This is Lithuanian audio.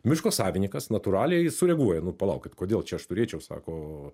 miško savinikas natūraliai sureaguoja nu palaukit kodėl čia aš turėčiau sako